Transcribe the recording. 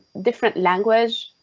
different language,